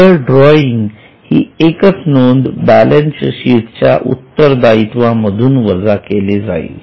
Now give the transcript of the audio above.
केवळ ड्रॉइंग ही एकच नोंद बॅलन्सशीट च्या उत्तरदायित्वा मधून वजा केली जाईल